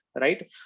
right